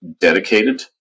dedicated